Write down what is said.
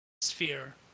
sphere